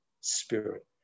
spirit